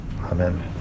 Amen